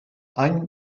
any